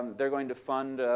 they're going to fund